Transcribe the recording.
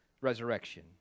resurrection